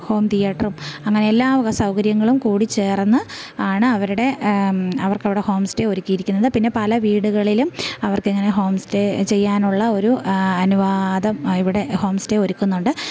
home തീയ്യറ്ററും അങ്ങനെയെല്ലാ വക സൗകര്യങ്ങളും കൂടിച്ചേർന്ന് ആണ് അവരുടെ അവർക്കവിടെ ഹോം സ്റ്റേ ഒരിക്കിയിരിക്കുന്നത് പിന്നെ പല വീടുകളിലും അവർക്കിങ്ങനെ ഹോം സ്റ്റേ ചെയ്യാനുള്ള ഒരു അനുവാദം ഇവിടെ ഹോം സ്റ്റേ ഒരുക്കുന്നുണ്ട്